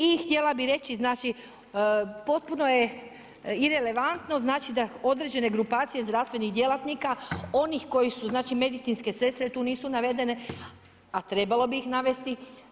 I htjela bih reći, znači potpuno je irelevantno, znači da određene grupacije zdravstvenih djelatnika onih koji su, znači medicinske sestre tu nisu navedene, a trebalo bi ih navesti.